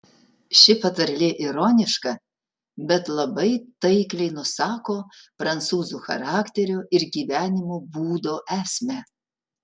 ši patarlė ironiška bet labai taikliai nusako prancūzų charakterio ir gyvenimo būdo esmę